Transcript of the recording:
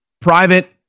private